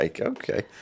okay